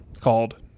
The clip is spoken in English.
called